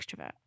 extrovert